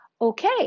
Okay